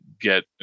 get